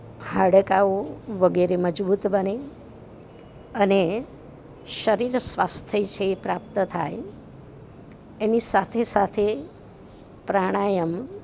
હાડકાઓ વગેરે મજબૂત બને અને શરીર સ્વાસ્થ્ય છે એ પ્રાપ્ત થાય એની સાથે સાથે પ્રાણાયામ